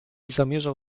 zamierzał